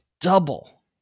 double